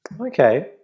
Okay